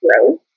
growth